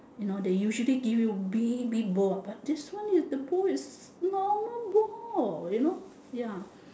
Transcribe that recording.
you know they usually give you big big bowl but this is the bowl is the normal bowl you know ya